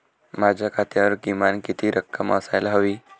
माझ्या खात्यावर किमान किती रक्कम असायला हवी?